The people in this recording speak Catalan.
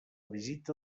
visita